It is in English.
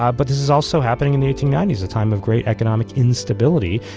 ah but this is also happening in the eighteen ninety s, a time of great economic instability.